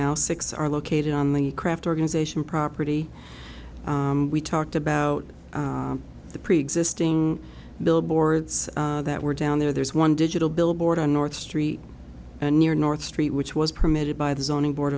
now six are located on the craft organization property talked about the preexisting billboards that were down there there's one digital billboard on north street near north street which was promoted by the zoning board